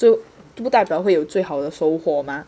这不代表会有最好的收获 mah